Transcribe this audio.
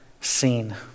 seen